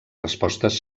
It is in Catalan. respostes